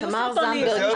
היו סרטונים,